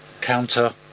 counter